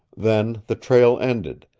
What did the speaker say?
then the trail ended,